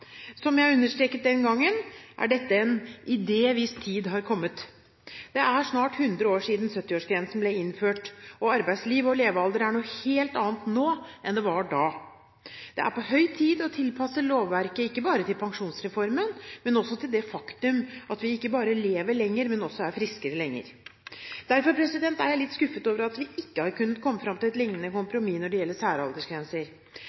og som jeg understreket den gangen, er dette «en idé hvis tid har kommet». Det er snart 100 år siden 70-årsgrensen ble innført, og arbeidsliv og levealder er noe helt annet nå enn det var da. Det er på høy tid å tilpasse lovverket ikke bare til pensjonsreformen, men også til det faktum at vi ikke bare lever lenger, men også er friske lenger. Derfor er jeg litt skuffet over at vi ikke har kunnet kommet fram til et lignende